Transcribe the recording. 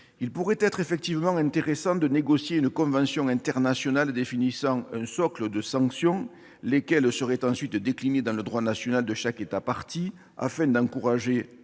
d'État et d'autres orateurs, de négocier une convention internationale définissant un socle de sanctions, lesquelles seraient ensuite déclinées dans le droit national de chaque État partie, afin d'encourager